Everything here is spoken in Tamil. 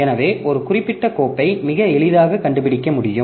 எனவே ஒரு குறிப்பிட்ட கோப்பை மிக எளிதாக கண்டுபிடிக்க முடியும்